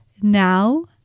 Now